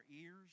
ears